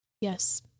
Yes